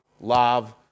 love